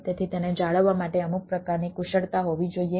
તેથી તેને જાળવવા માટે અમુક પ્રકારની કુશળતા હોવી જોઈએ